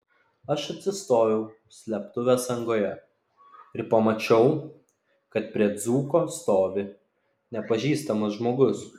aš atsistojau slėptuvės angoje ir pamačiau kad prie dzūko stovi nepažįstamas žmogus